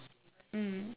mm